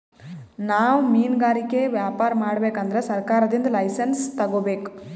ನಾವ್ ಮಿನ್ಗಾರಿಕೆ ವ್ಯಾಪಾರ್ ಮಾಡ್ಬೇಕ್ ಅಂದ್ರ ಸರ್ಕಾರದಿಂದ್ ಲೈಸನ್ಸ್ ತಗೋಬೇಕ್